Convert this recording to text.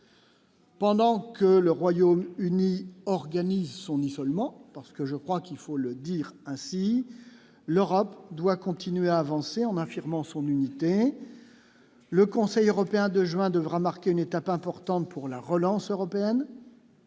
pendant que le Royaume Uni organise son isolement, parce que je crois qu'il faut le dire ainsi, l'Europe doit continuer à avancer, en affirmant son unité, le Conseil européen de juin devra marquer une étape importante pour la relance européenne.